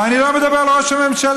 ואני לא מדבר על ראש הממשלה,